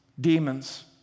demons